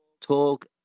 talk